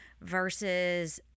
versus